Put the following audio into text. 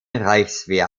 reichswehr